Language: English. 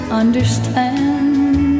understand